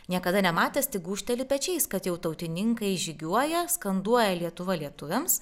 niekada nematęs tik gūžteli pečiais kad jau tautininkai žygiuoja skanduoja lietuva lietuviams